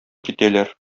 китәләр